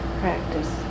practice